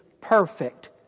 perfect